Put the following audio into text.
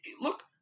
look –